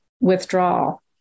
withdrawal